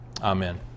Amen